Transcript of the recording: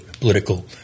political